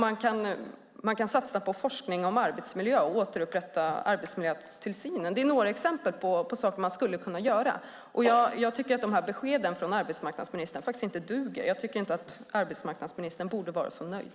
Man kan satsa på forskning om arbetsmiljö och återupprätta arbetsmiljötillsynen. Det är några exempel på saker som man skulle kunna göra. Jag tycker faktiskt inte att beskeden från arbetsmarknadsministern duger. Jag tycker inte att arbetsmarknadsministern borde vara så nöjd.